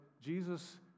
Jesus